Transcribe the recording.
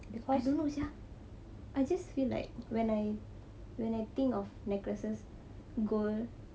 I don't know sia I just feel like when I when I think of necklaces gold